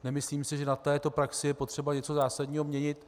Nemyslím si, že na této praxi je potřeba něco zásadního měnit.